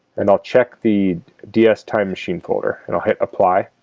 and i'll check the ds time machine folder, and i'll hit apply